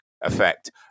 Effect